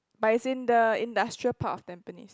but it's in the industrial part of Tampines